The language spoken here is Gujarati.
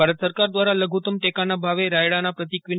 ભારત સરકાર દ્વારા લઘુતમ ટેકાના ભાવે રાયડાના પ્રતિ ક્વિ